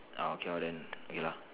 orh okay lor then okay lah